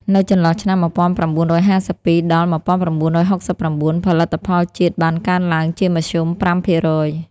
នៅចន្លោះឆ្នាំ ១៩៥២-១៩៦៩ ផលិតផលជាតិបានកើនឡើងជាមធ្យម ៥%។